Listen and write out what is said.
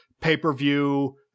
pay-per-view